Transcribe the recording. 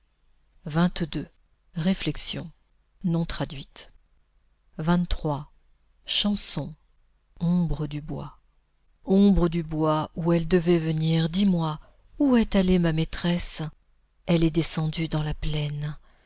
bois ombre du bois où elle devait venir dis-moi où est allée ma maîtresse elle est descendue dans la plaine